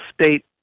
state